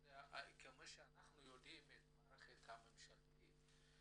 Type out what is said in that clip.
אז כמו שאנחנו יודעים את המערכת הממשלתית,